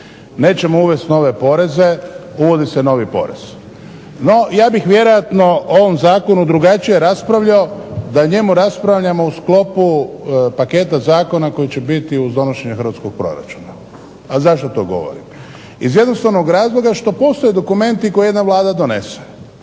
Nećemo uvesti nove poreze, uvodi se novi porez. No, ja bih vjerojatno o ovom zakonu drugačije raspravljao da o njemu raspravljamo u sklopu paketa zakona koji će biti uz donošenje hrvatskog proračuna. A zašto to govorim? Iz jednostavnog razloga što postoje dokumenti koje jedna Vlada donese.